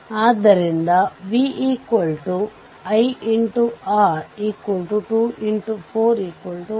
ಆದ್ದರಿಂದ ಇದು ಥೆವೆನಿನ್ನ ಸಮಾನ ಸರ್ಕ್ಯೂಟ್ನThevenin's equivalent circuit ಪ್ರಮುಖ ಪ್ರಯೋಜನವಾಗಿದೆ